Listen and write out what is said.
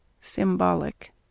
Symbolic